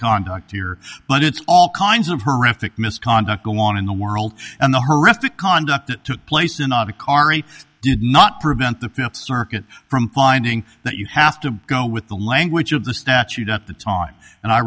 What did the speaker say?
contact here but it's all kinds of horrific misconduct go on in the world and the horrific conduct that took place in not a chari did not prevent the circuit from finding that you have to go with the language of the statute at the time and i